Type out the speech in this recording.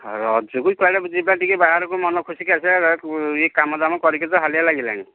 ହୋଉ ରଜକୁ କୁଆଡ଼େ ଯିବା ଟିକିଏ ବାହାରକୁ ମନ ଖୁସିକରି ଆସିବା ଇଏ କାମଦାମ କରିକି ତ ହାଲିଆ ଲାଗିଲାଣି